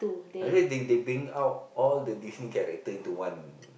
anyway they they bring out all the Disney character into one